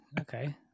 Okay